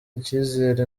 ikizere